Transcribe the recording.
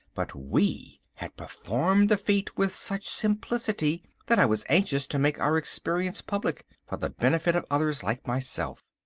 but we had performed the feat with such simplicity that i was anxious to make our experience public, for the benefit of others like myself.